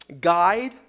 guide